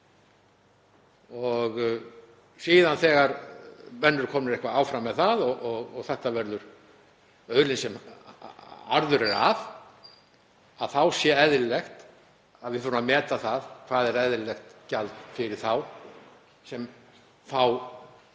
Síðan þegar menn eru komnir eitthvað áfram með það og þetta verður auðlind sem arður er af þá er eðlilegt að við förum að meta hvað sé eðlilegt gjald fyrir þá sem fá